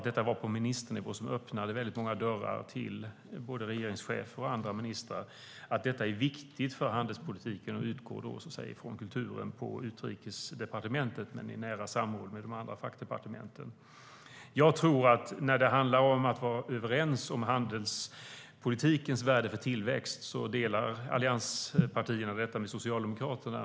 Detta var på ministernivå och öppnade väldigt många dörrar till både regeringschefer och andra ministrar. Detta är viktigt för handelspolitiken och utgår från kulturen på Utrikesdepartementet i nära samordning med de andra fackdepartementen. När det gäller att vara överens om handelspolitikens värde för tillväxt delar allianspartierna detta med Socialdemokraterna.